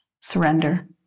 surrender